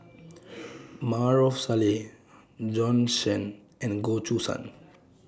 Maarof Salleh Bjorn Shen and Goh Choo San